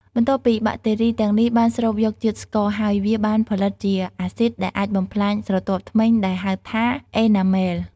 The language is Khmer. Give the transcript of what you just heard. បន្ទាប់ពីបាក់តេរីទាំងនេះបានស្រូបយកជាតិស្ករហើយ វាបានផលិតជាអាស៊ីតដែលអាចបំផ្លាញស្រទាប់ធ្មេញដែលហៅថា អេណាមែល (Enamel)។